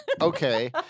okay